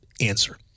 answer